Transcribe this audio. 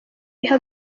iha